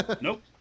Nope